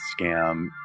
scam